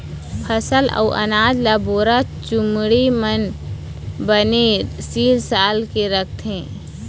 फसल अउ अनाज ल बोरा, चुमड़ी म बने सील साल के राखथे